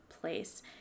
place